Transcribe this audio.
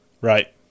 Right